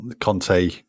Conte